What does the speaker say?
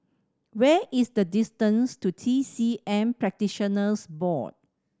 where is the distance to T C M Practitioners Board